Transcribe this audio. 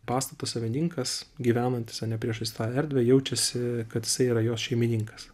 pastato savininkas gyvenantis ane priešais tą erdvę jaučiasi kad jisai yra jos šeimininkas